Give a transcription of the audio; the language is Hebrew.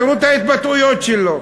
תראו את ההתבטאויות שלו,